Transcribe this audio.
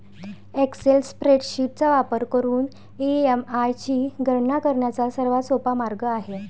Excel spreadsheet चा वापर करून ई.एम.आय ची गणना करण्याचा सर्वात सोपा मार्ग आहे